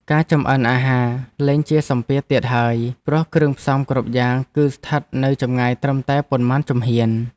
ការចម្អិនអាហារលែងជាសម្ពាធទៀតហើយព្រោះគ្រឿងផ្សំគ្រប់យ៉ាង គឺស្ថិតនៅចម្ងាយត្រឹមតែប៉ុន្មានជំហាន។